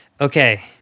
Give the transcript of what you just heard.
Okay